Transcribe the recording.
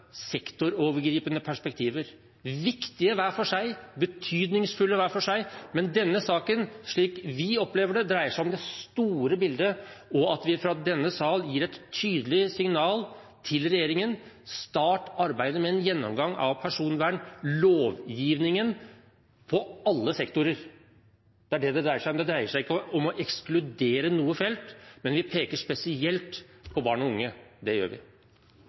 sektorovergripende perspektiver. De er viktige hver for seg – betydningsfulle hver for seg – men denne saken, slik vi opplever den, dreier seg om det store bildet og at vi fra denne sal gir et tydelig signal til regjeringen: Start arbeidet med en gjennomgang av personvernlovgivningen på alle sektorer. Det er det det dreier seg om. Det dreier seg ikke om å ekskludere noe felt, men vi peker spesielt på barn og unge. Det gjør vi.